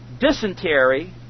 dysentery